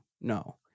No